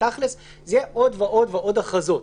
תכלס, יהיו עוד ועוד ועוד הכרזות.